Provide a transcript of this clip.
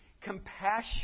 compassion